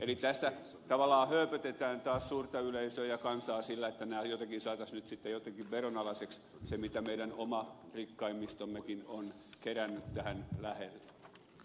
eli tässä tavallaan hööpötetään taas suurta yleisöä ja kansaa sillä että nämä jotenkin saataisiin nyt sitten veronalaiseksi se mitä meidän oma rikkaimmistommekin on kerännyt tähän lähelle